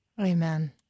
Amen